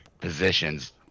positions